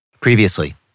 Previously